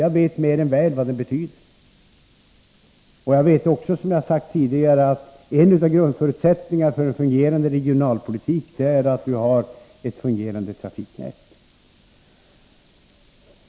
Jag vet också att en grundförutsättning för en fungerande regionalpolitik är ett fungerande trafiknät.